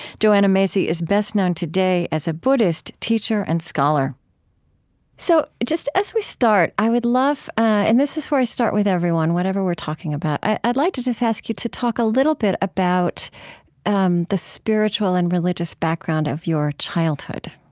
joanna macy is best known today as a buddhist, teacher, and scholar so just as we start, i would love and this is where i start with everyone, whatever we're talking about. i'd like to just ask you to talk a little bit about um the spiritual and religious background of your childhood